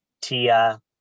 Tia